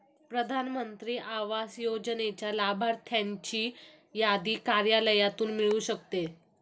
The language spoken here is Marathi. प्रधान मंत्री आवास योजनेच्या लाभार्थ्यांची यादी कार्यालयातून मिळू शकते